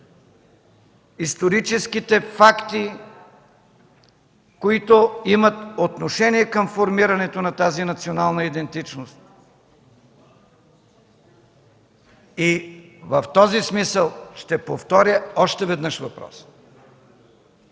историческите факти, които имат отношение към формирането на тази национална идентичност. В този смисъл ще повторя още веднъж въпроса.